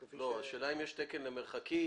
השאלה אם יש תקן למרחקים.